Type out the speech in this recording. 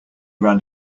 ran